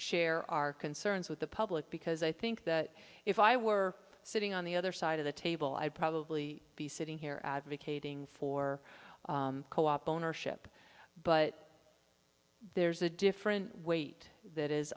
share our concerns with the public because i think that if i were sitting on the other side of the table i'd probably be sitting here advocating for co op ownership but there's a different weight that is